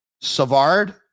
Savard